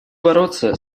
бороться